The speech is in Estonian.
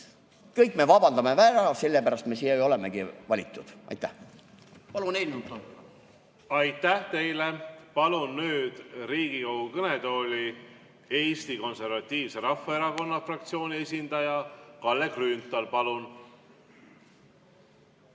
kõik me vabandame ära, sellepärast me siia olemegi valitud. Aitäh! Palun eelnõu toetada. Aitäh teile! Palun nüüd Riigikogu kõnetooli Eesti Konservatiivse Rahvaerakonna fraktsiooni esindaja Kalle Grünthali. Palun!